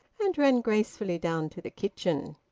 and ran gracefully down to the kitchen.